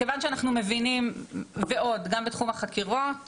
גם בתחום החקירות